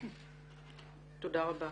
תודה רבה.